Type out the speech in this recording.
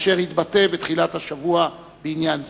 אשר התבטא בתחילת השבוע בעניין זה.